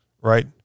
right